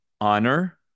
honor